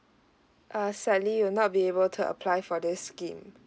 err sadly you'll not be able to apply for this scheme